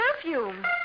perfume